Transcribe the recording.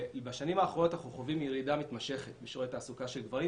בשנים האחרונות אנחנו חווים ירידה מתמשכת בשיעור התעסוקה של גברים,